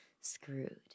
screwed